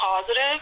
positive